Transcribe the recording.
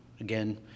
again